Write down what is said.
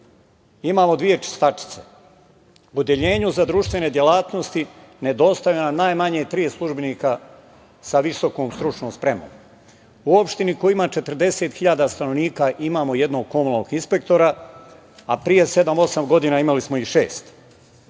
Imamo dve čistačice. U odeljenju za društvene delatnosti nedostaje nam najmanje 30 službenika sa visokom stručnom spremom. U opštini koja ima 40.000 stanovnika, imamo jednog komunalnog inspektora, a pre sedam, osam godina imali smo ih